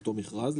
אותו מכרז.